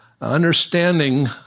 understanding